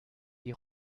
die